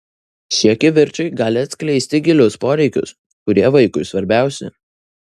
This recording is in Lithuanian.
šie kivirčai gali atskleisti gilius poreikius kurie vaikui svarbiausi